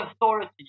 authority